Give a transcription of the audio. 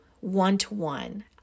one-to-one